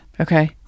Okay